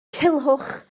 culhwch